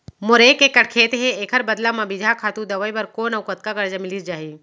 मोर एक एक्कड़ खेत हे, एखर बदला म बीजहा, खातू, दवई बर कोन अऊ कतका करजा मिलिस जाही?